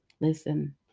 Listen